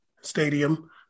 Stadium